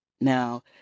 Now